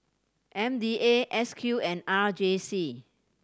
M D A S Q and R J C